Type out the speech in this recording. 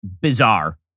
bizarre